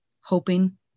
hoping